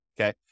okay